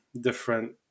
different